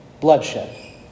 bloodshed